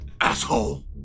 Asshole